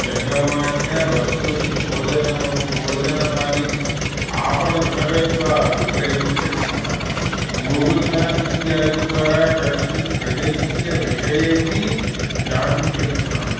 जङ्गमवान्या वस्तूनि भोजनमादि आपणं न गत्वा अपि क्रेतुं शक्नुमः गुगलमेपस् इत्यादि द्वारा कस्यचित् प्रदेशस्य विषयेऽपि ज्ञातुं शक्नुमः